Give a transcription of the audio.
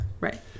Right